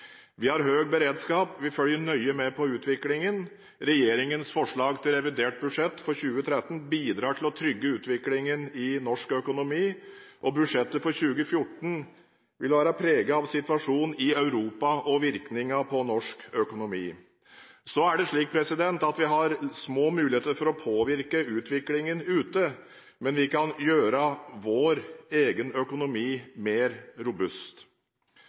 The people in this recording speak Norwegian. beredskap. Vi følger nøye med på utviklingen. Regjeringens forslag til revidert budsjett for 2013 bidrar til å trygge utviklingen i norsk økonomi, og budsjettet for 2014 vil være preget av situasjonen i Europa og virkningen på norsk økonomi. Så er det slik at vi har små muligheter for å påvirke utviklingen ute, men vi kan gjøre vår egen økonomi mer robust.